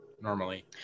normally